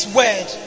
word